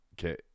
Okay